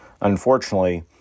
unfortunately